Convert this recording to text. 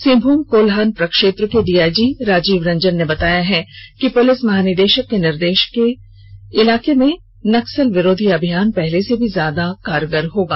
सिंहभूम कोल्हान प्रक्षेत्र के डीआईजी राजीव रंजन ने बताया कि पुलिस महानिदेशक के निर्देश पर इलाके में नक्सल विरोधी अभियान पहले से भी ज्यादा कारगर होगा